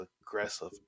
aggressive